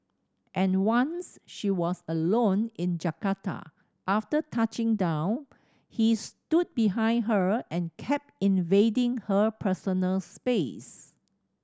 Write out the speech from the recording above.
and once she was alone in Jakarta after touching down he stood behind her and kept invading her personal space